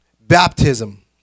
Baptism